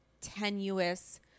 tenuous